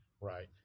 Right